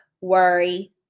worry